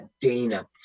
Dana